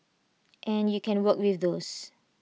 and you can work with those